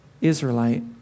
Israelite